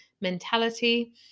mentality